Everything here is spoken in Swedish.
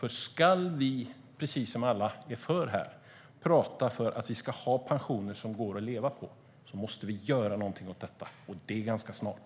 Om vi, vilket alla här är för, ska agera för pensioner som det går att leva på måste vi göra någonting och det ganska snart.